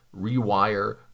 rewire